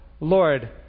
Lord